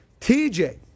TJ